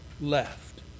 left